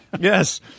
Yes